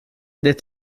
det